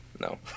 No